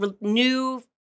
new